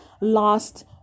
last